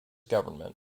government